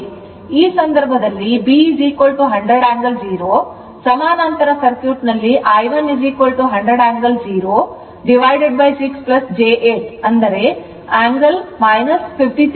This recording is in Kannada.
ಈ ಸಂದರ್ಭದಲ್ಲಿ b 100 angle 0 ಸಮಾನಾಂತರ ಸರ್ಕ್ಯೂಟ್ ನಲ್ಲಿ I1100 angle 0 6 j 8angle 53